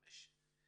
1.5 מיליון ₪.